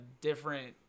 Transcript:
different –